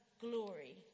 glory